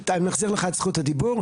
נחזיר לך את זכות הדיבור.